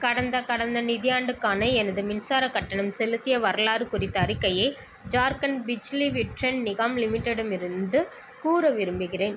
கடந்த கடந்த நிதியாண்டுக்கான எனது மின்சாரக் கட்டணம் செலுத்திய வரலாறு குறித்த அறிக்கையை ஜார்க்கண்ட் பிஜ்லி விட்ரன் நிகாம் லிமிட்டெட்டமிருந்து கூற விரும்புகிறேன்